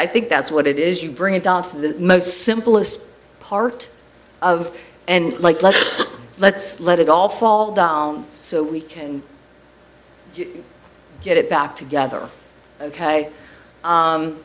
i think that's what it is you bring it down to the most simple as part of and like let let's let it all fall down so we can get it back together ok